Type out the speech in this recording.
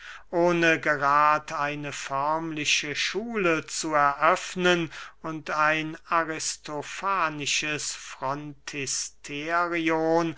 ohne gerad eine förmliche schule zu eröffnen und ein aristofanisches